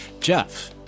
jeff